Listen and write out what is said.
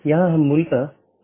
बल्कि कई चीजें हैं